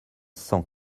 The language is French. cent